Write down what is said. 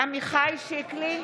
עמיחי שיקלי,